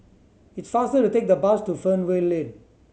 it's faster to take the bus to Fernvale Lane